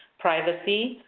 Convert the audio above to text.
privacy,